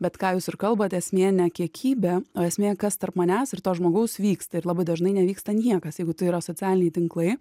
bet ką jus ir kalbate esmė ne kiekybė o esmė kas tarp manęs ir to žmogaus vyksta ir labai dažnai nevyksta niekas jeigu tai yra socialiniai tinklai